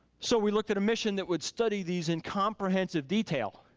so we looked at a mission that would study these in comprehensive detail.